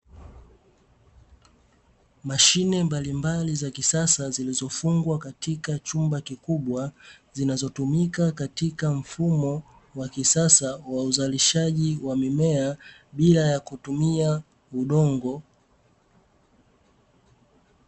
Mashine mbalimbali za kisasa zilizofungwa katika chumba kikubwa, zinazotumika katika mfumo wa kisasa wa uzalishaji wa mimea bila ya kutumia udongo.